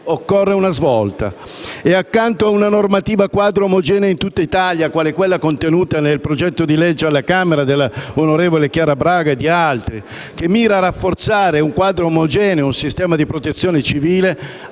Occorre una svolta, e accanto a una normativa quadro omogenea in tutt'Italia, quale quella contenuta nel progetto di legge alla Camera dell'onorevole Chiara Braga e di altri, che mira a rafforzare un quadro omogeneo e un sistema di protezione civile,